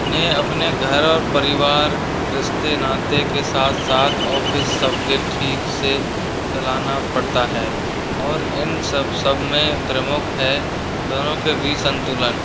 उन्हें अपने घर और परिवार रिश्ते नाते के साथ साथ ऑफिस सबसे ठीक से चलाना पड़ता है और इन सब सब में प्रमुख है दोनों के बीच संतुलन